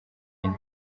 ine